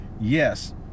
yes